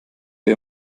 für